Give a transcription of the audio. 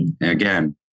again